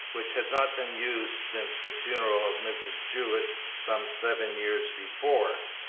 which had not been used since the funeral of mrs. jewett some seven years before,